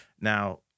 Now